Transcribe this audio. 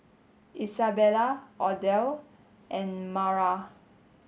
Izabella Odile and Maura